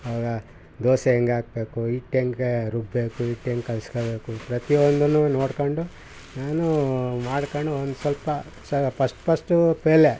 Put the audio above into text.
ಆವಗ ದೋಸೆ ಹೆಂಗ್ ಹಾಕ್ಬೇಕು ಹಿಟ್ ಹೆಂಗ್ ರುಬ್ಬೇಕು ಹಿಟ್ ಹೆಂಗ್ ಕಲ್ಸ್ಕೋಬೇಕು ಪ್ರತಿ ಒಂದು ನೋಡಿಕೊಂಡು ನಾನು ಮಾಡಿಕೊಂಡು ಒಂದು ಸ್ವಲ್ಪ ಪಸ್ಟ್ ಪಸ್ಟು ಫೇಲೆ